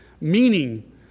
meaning